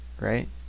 right